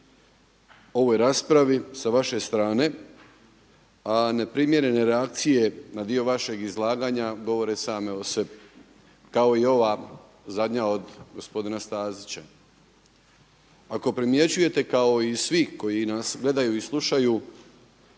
ovoj raspravi sa vaše strane, a neprimjerene reakcije na dio vašeg izlaganja govore same o sebi kao i ova zadnja od gospodina Stazića. Ako primjećujete kao i svi koji nas gledaju i slušaju